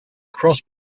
cross